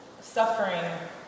suffering